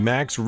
Max